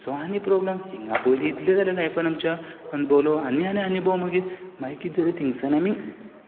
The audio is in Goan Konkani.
सो आनी प्रोब्लेम हिंगा पयलीं इतलें जालें लायफान आमच्या अणभवलो आनी आनी अणभव मागीर कितें जालें थिंगसान आमी